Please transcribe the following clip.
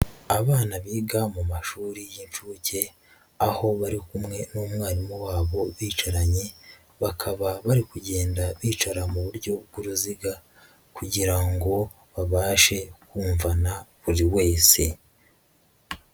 Abana biga mu mashuri y'incuke, aho bari kumwe n'umwarimu wabo bicaranye, bakaba bari kugenda bicara mu buryo bw'uruziga kugira ngo babashe kumvana buri wese.